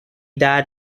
died